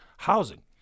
Housing